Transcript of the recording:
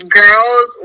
girls